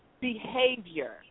behavior